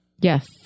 Yes